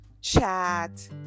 chat